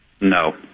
No